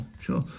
sure